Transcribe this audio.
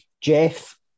Jeff